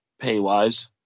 pay-wise